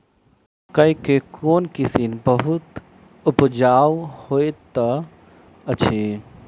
मकई केँ कोण किसिम बहुत उपजाउ होए तऽ अछि?